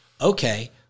okay